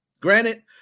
granted